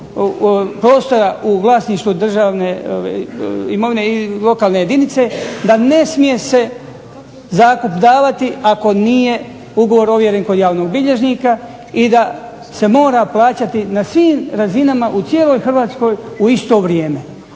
u vlasništvu državne imovine i lokalne jedinice, da ne smije se zakup davati ako nije ugovor ovjeren kod javnog bilježnika i da se mora plaćati na svim razinama, u cijeloj Hrvatskoj u isto vrijeme.